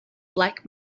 black